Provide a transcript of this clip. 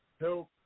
help